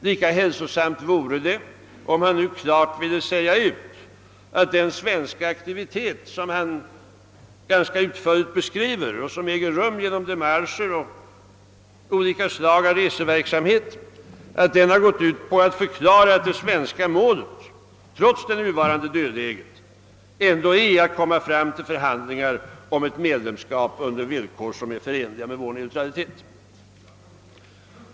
Det vore också mycket hälsosamt om han nu klart ville uttala, att den svenska aktivitet som han beskriver och som tar sig uttryck i demarscher och olika slag av reseverksamhet, har gått ut på att klargöra att det svenska målet, trots det nuvarande dödläget, är att få till stånd förhandlingar om ett medlemskap på villkor som är förenliga med vår neutralitetspolitik.